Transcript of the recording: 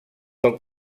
del